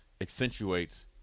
accentuates